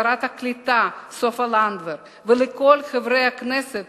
לשרת הקליטה סופה לנדבר, ולכל חברי הכנסת